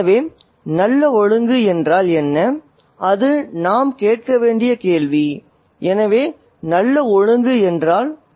எனவே நல்ல ஒழுங்கு என்றால் என்ன அது நாம் கேட்க வேண்டிய கேள்வி எனவே நல்ல ஒழுங்கு என்றால் என்ன